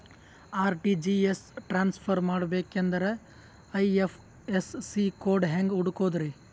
RTGS transfer ಮಾಡಬೇಕೆಂದರೆ IFSC code ಹೆಂಗ್ ಹುಡುಕೋದ್ರಿ?